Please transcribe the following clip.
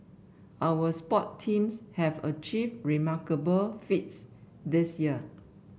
our sport teams have achieved remarkable feats this year